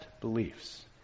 beliefs